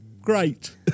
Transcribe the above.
Great